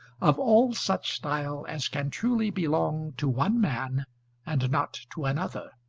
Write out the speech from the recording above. of all such style as can truly belong to one man and not to another.